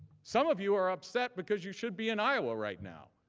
some of you are upset because you should be in iowa right now